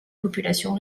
population